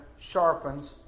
sharpens